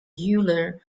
euler